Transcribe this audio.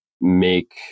make